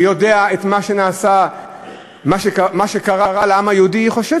ומי שיודע את מה שקרה לעם היהודי חושב